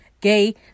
Gay